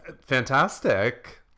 fantastic